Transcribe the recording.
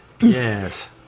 Yes